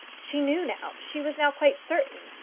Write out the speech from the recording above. she knew now, she was now quite certain,